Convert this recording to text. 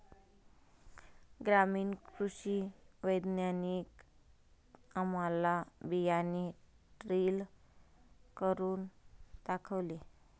ग्रामीण कृषी वैज्ञानिकांनी आम्हाला बियाणे ड्रिल करून दाखवले